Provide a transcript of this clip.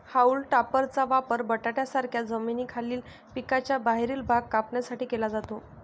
haulm टॉपरचा वापर बटाट्यांसारख्या जमिनीखालील पिकांचा बाहेरील भाग कापण्यासाठी केला जातो